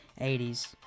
80s